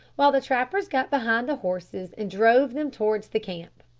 while the trappers got behind the horses and drove them towards the camp.